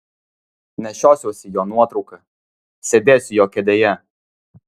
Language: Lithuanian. nešiosiuosi jo nuotrauką sėdėsiu jo kėdėje